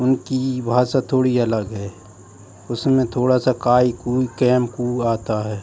उनकी भाषा थोड़ी अलग है उसमें थोड़ा सा काइ कूइ कैम कू आता है